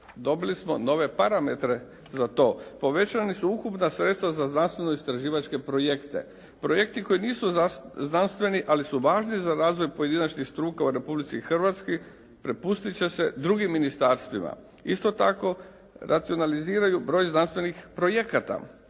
dobili smo nove parametre za to. Povećana su ukupna sredstva za znanstveno-istraživačke projekte. Projekti koji nisu znanstveni ali su važni za razvoj pojedinačnih struka u Republici Hrvatskoj prepustit će se drugim ministarstvima. Isto tako, racionaliziraju broj znanstvenih projekata.